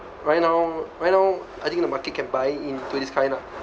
right now right know I think the market can buy into this kind ah